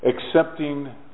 accepting